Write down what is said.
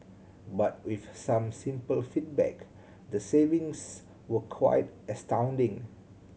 but with some simple feedback the savings were quite astounding